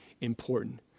important